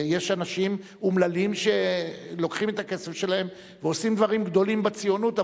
יש אנשים אומללים שלוקחים את הכסף שלהם ועושים דברים גדולים בציונות,